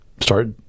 start